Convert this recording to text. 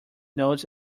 nodes